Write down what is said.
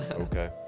okay